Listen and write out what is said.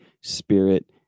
Spirit